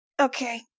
Okay